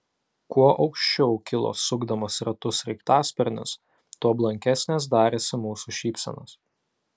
kuo aukščiau kilo sukdamas ratus sraigtasparnis tuo blankesnės darėsi mūsų šypsenos